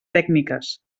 tècniques